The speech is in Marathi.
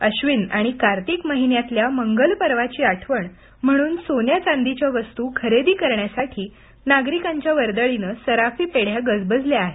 आश्विन आणि कार्तिक महिन्यातल्या मंगलपर्वाची आठवण म्हणून सोन्या चांदीच्या वस्तू खरेदी करण्यासाठी नागरिकांच्या वर्दळीनं सराफी पेढ्या गजबजल्या आहेत